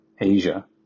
Asia